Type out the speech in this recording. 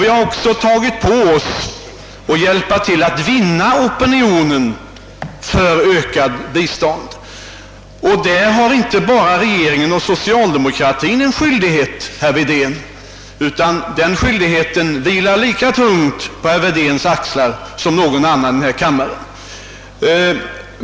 Vi har även åtagit oss att försöka vinna opinionen för ett sådant ökat bistånd. Och där har inte bara regeringen och socialdemokratin en skyldighet, herr Wedén, utan där vilar skyldigheten lika tungt på herr Wedéns som på någon annans axlar i denna kammare.